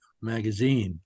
Magazine